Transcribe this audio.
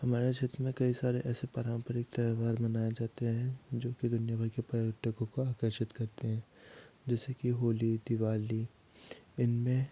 हमारे क्षेत्र में कई सारे ऐसे परम्परिक त्यौहार मनाए जाते हैं जो कि दुनिया भर के पर्यटकों को आकर्षित करते हैं जैसे कि होली दिवाली इनमें